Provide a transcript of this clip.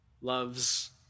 loves